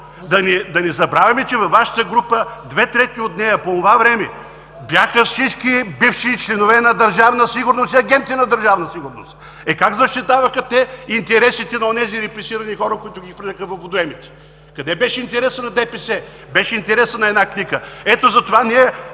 Да не забравяме, че във Вашата група две трети от нея по онова време бяха всички бивши членове на Държавна сигурност и агенти на Държавна сигурност. Е, как защитаваха те интересите на онези репресирани хора, които ги хвърляха във водоемите? Къде беше интересът на ДПС? Беше интересът на една клика! Ето затова ние